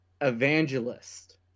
evangelist